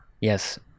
yes